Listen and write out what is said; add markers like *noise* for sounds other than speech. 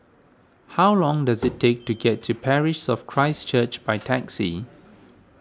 how long does *noise* it take to get to Parish of Christ Church by taxi